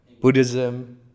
Buddhism